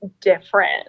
different